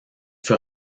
fut